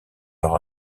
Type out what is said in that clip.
leur